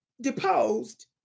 deposed